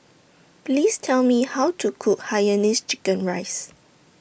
Please Tell Me How to Cook Hainanese Chicken Rice